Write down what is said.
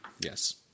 Yes